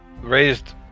raised